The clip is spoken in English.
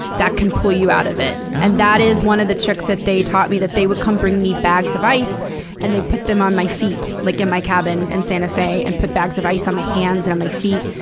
that can pull you out of it. and that is one of the tricks that they taught me, that they would come bring me bags of ice and they'd put them on my feet like, in my cabin in santa fe and put bags of ice on my hands and on my feet,